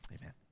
amen